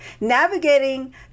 navigating